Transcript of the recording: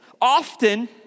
Often